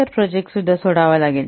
तर प्रोजेक्ट सोडावा लागेल